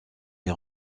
est